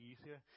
easier